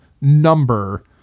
number